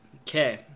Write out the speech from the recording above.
Okay